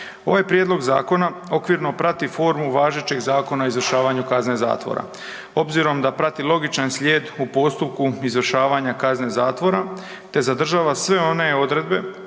Ovaj prijedlog zakona okvirno prati formu važećeg Zakona o izvršavanju kazne zatvora. Obzirom da prati logičan slijed u postupku izvršavanja kazne zatvora te zadržava sve one odredbe